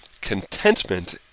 contentment